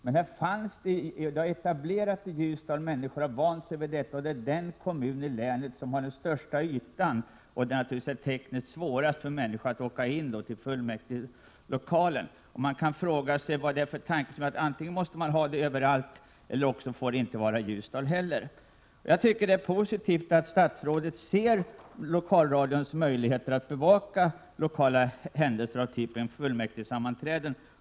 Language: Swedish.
Men i Ljusdal är aktiviteten redan etablerad. Människor har vant sig vid den, och eftersom Ljusdal är en av de största kommunerna till ytan i länet, är det naturligtvis svårt för invånarna att ta sig till fullmäktigelokalen. Man kan fråga sig: Vad ligger bakom tanken att om man inte har utsändningar i alla kommuner får man inte heller ha sådana i Ljusdal? Jag tycker att det är positivt att statsrådet inser lokalradions möjligheter att bevaka lokala händelser av typen fullmäktigesammanträden.